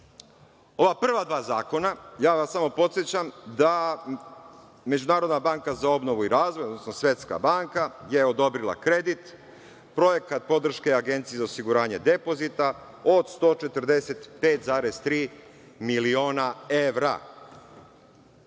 ova prva dva zakona, ja vas samo podsećam da Međunarodna banka za obnovu i razvoj, odnosno Svetska banka je odobrila kredit, projekat podrške Agencije za osiguranje depozita od 145,3 miliona evra